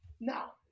Now